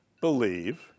believe